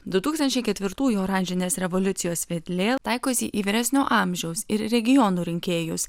du tūkstančiai ketvirtųjų oranžinės revoliucijos vedlė taikosi į vyresnio amžiaus ir regionų rinkėjus